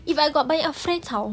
if I got banyak friends how